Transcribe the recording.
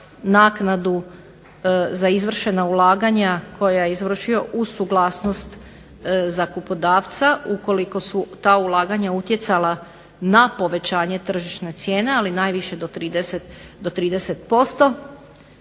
naknadu za izvršena ulaganja koja je izvršio uz suglasnost zakupodavca ukoliko su ta ulaganja utjecala na povećanje tržišne cijene ali najviše do 30%